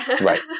Right